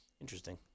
Interesting